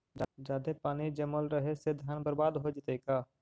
जादे पानी जमल रहे से धान बर्बाद हो जितै का?